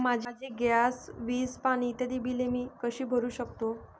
माझी गॅस, वीज, पाणी इत्यादि बिले मी कशी भरु शकतो?